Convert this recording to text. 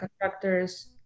contractors